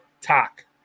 Talk